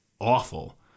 awful